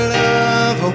love